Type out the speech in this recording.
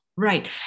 Right